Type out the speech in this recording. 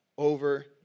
Over